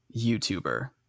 YouTuber